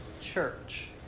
church